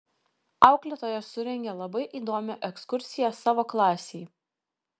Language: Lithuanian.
auklėtoja surengė labai įdomią ekskursiją savo klasei